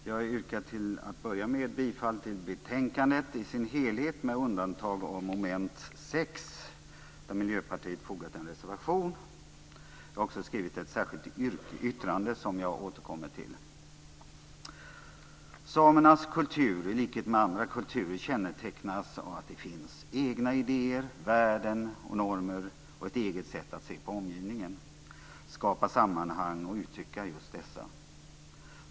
Fru talman! Jag yrkar till att börja med bifall till hemställan i betänkandet i dess helhet med undantag av mom. 6, där Miljöpartiet har fogat en reservation till betänkandet. Jag har också skrivit ett särskilt yttrande som jag återkommer till. Samernas kultur, i likhet med andra kulturer, kännetecknas av att det finns egna idéer, värden, normer och ett eget sätt att se på omgivningen, skapa sammanhang och uttrycka just dessa.